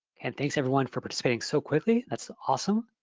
and thanks everyone for participating so quickly, that's awesome.